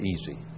easy